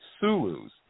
Sulu's